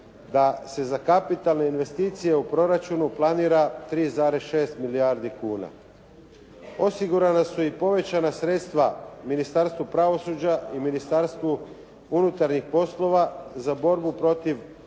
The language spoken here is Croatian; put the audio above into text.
Da se za kapitalne investicije u proračunu planira 3,6 milijardi kuna. Osigurana su i povećana sredstva Ministarstvu pravosuđa i Ministarstvu unutarnjih poslova za borbu protiv